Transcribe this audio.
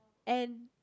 and